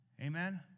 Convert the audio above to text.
Amen